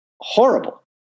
horrible